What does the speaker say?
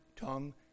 tongue